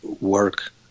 work